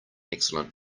excellent